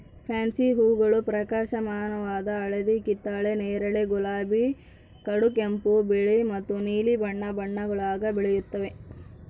fancy ಹೂಗಳು ಪ್ರಕಾಶಮಾನವಾದ ಹಳದಿ ಕಿತ್ತಳೆ ನೇರಳೆ ಗುಲಾಬಿ ಕಡುಗೆಂಪು ಬಿಳಿ ಮತ್ತು ನೀಲಿ ಬಣ್ಣ ಬಣ್ಣಗುಳಾಗ ಬೆಳೆಯುತ್ತವೆ